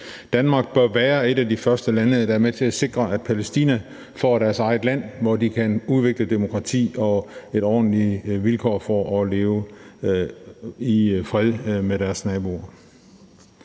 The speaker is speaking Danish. Danmark bør være et af de første lande, der er med til at sikre, at Palæstina får deres eget land, hvor de kan udvikle demokrati og ordentlige vilkår for at leve i fred med deres naboer.